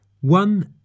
one